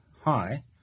high